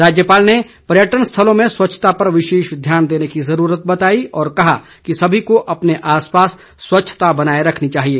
राज्यपाल ने पर्यटन स्थलों में स्वच्छता पर विशेष ध्यान देने की जरूरत बताई और कहा कि सभी को अपने आस पास स्वच्छता बनाए रखनी चाहिए